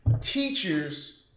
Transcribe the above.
teachers